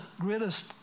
greatest